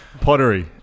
Pottery